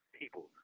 people